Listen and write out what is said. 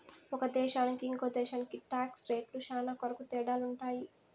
ఒక దేశానికి ఇంకో దేశానికి టాక్స్ రేట్లు శ్యానా కొరకు తేడాలుంటాయి